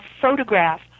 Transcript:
photograph